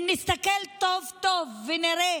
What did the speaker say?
אם נסתכל טובטוב ונראה